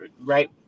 right